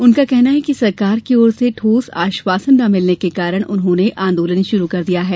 उनका कहना है कि सरकार की ओर से ठोस आश्वासन न मिलने के कारण उन्होंने आंदोलन शुरू कर दिया है